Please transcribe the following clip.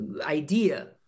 idea